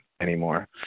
anymore